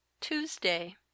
Tuesday